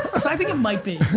cause i think it might be.